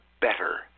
better